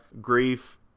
Grief